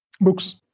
Books